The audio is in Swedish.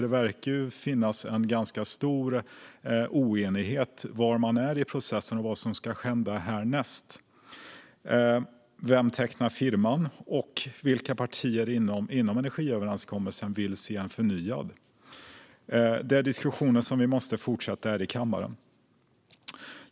Det verkar finnas ganska stor oenighet när det gäller var man är i processen och vad som ska hända härnäst. Vem tecknar firman, och vilka partier inom energiöverenskommelsen vill se en förnyad överenskommelse? Det är diskussionen vi måste fortsätta här i kammaren.